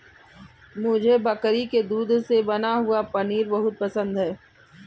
मुझे बकरी के दूध से बना हुआ पनीर बहुत पसंद है